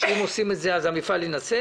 שאם עושים את זה אז המפעל יינצל.